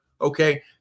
Okay